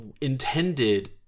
intended